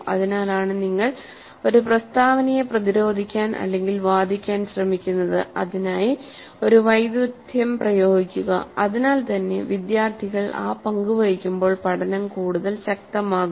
അതിനാലാണ് നിങ്ങൾ ഒരു പ്രസ്താവനയെ പ്രതിരോധിക്കാൻ വാദിക്കാൻ ശ്രമിക്കുന്നത് അതിനായി ഒരു വൈദഗ്ദ്ധ്യം പ്രയോഗിക്കുക അതിനാൽ തന്നെ വിദ്യാർത്ഥികൾ ആ പങ്ക് വഹിക്കുമ്പോൾ പഠനം കൂടുതൽ ശക്തമാകും